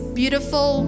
beautiful